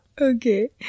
Okay